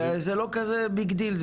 וזה לא כזה ביג דיל,